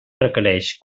requerix